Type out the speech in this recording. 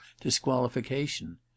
disqualification